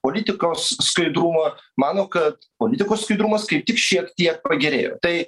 politikos skaidrumą mano kad politikų skaidrumas kaip tik šiek tiek pagerėjo tai